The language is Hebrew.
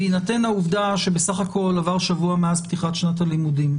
בהינתן העובדה שבסך הכול עבר שבוע מאז פתיחת שנת הלימודים,